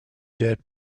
dirt